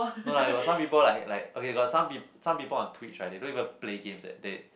no lah got some people like like okay got some pe~ some people on Tweets like they don't even play games that they